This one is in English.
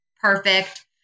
perfect